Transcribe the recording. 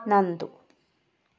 Nandu